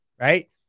Right